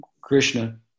Krishna